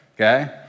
Okay